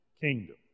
kingdom